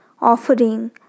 offering